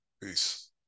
peace